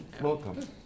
Welcome